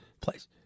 place